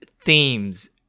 themes